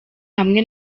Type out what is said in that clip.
hamwe